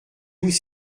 vous